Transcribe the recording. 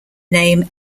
name